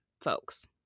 folks